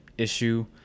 issue